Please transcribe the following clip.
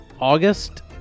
August